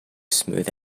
smooth